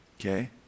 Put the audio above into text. okay